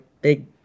big